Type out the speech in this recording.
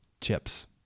chips